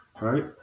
right